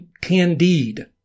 Candide